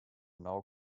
now